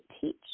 teach